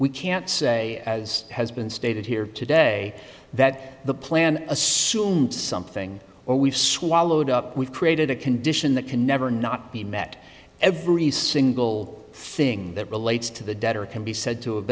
we can't say as has been stated here today that the plan assume something or we've swallowed up we've created a condition that can never not be met every single thing that relates to the debt or can be